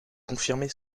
confirmée